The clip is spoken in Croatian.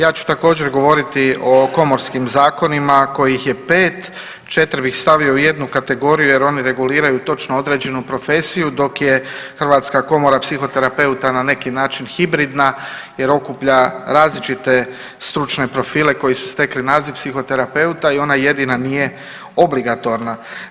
Ja ću također govoriti o komorskim zakonima kojih ih je 5, 4 bih stavio u jednu kategoriju jer oni reguliraju točno određenu profesiju dok je Hrvatska komora psihoterapeuta na neki način hibridna jer okuplja različite stručne profile koji su stekli naziv psihoterapeuta i ona jedina nije obligatorna.